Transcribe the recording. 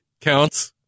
counts